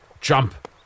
Jump